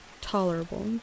tolerable